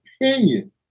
opinion